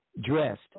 Dressed